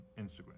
Instagram